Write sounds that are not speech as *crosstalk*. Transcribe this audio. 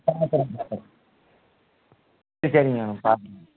*unintelligible* சரிங்க மேடம் பாக்கிறேன்